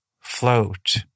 float